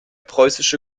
preußische